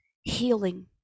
healing